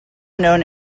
known